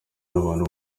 n’abantu